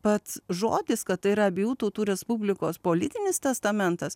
pats žodis kad tai yra abiejų tautų respublikos politinis testamentas